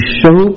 show